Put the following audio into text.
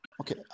Okay